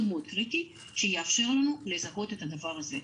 מאוד קריטי שיאפשר לנו לזהות את הדבר הזה.